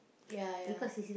ya ya